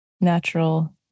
natural